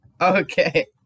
Okay